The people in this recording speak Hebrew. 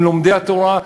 עם לומדי התורה.